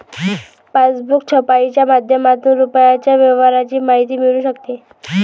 passbook छपाईच्या माध्यमातून रुपयाच्या व्यवहाराची माहिती मिळू शकते